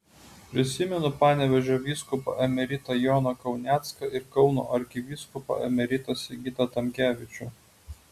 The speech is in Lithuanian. prisimenu panevėžio vyskupą emeritą joną kaunecką ir kauno arkivyskupą emeritą sigitą tamkevičių